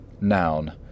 Noun